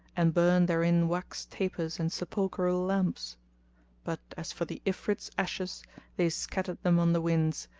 and burn therein wax tapers and sepulchral lamps but as for the ifrit's ashes they scattered them on the winds,